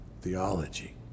theology